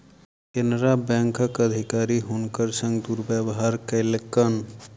केनरा बैंकक अधिकारी हुनकर संग दुर्व्यवहार कयलकैन